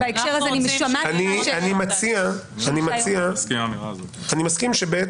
אני מסכים ש-(ב)